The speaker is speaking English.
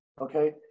Okay